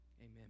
Amen